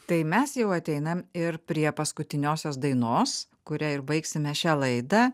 tai mes jau ateinam ir prie paskutiniosios dainos kuria ir baigsime šią laidą